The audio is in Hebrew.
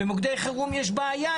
במוקדי חירום יש בעיה,